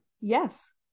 yes